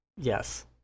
Yes